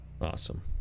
Awesome